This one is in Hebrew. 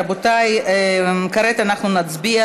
רבותיי, כעת אנחנו נצביע.